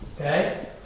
Okay